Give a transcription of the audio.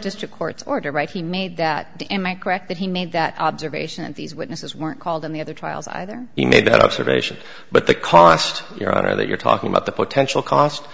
district court's order right he made that the am i correct that he made that observation and these witnesses weren't called in the other trials either he made that observation but the cost your honor that you're talking about the potential cost